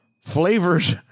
Flavors